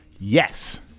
Yes